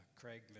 craig